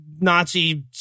Nazi